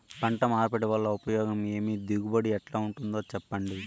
పంట మార్పిడి వల్ల ఉపయోగం ఏమి దిగుబడి ఎట్లా ఉంటుందో చెప్పండి?